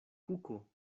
kuko